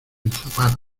zapato